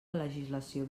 legislació